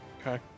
Okay